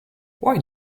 why